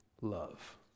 love